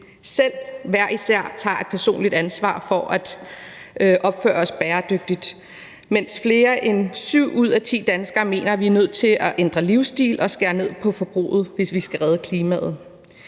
især tager et personligt ansvar for at opføre os bæredygtigt, mens mere end syv ud af ti danskere mener, at vi er nødt til at ændre livsstil og skære ned på forbruget, hvis vi skal redde klimaet.